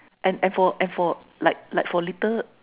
and and for and for like like for little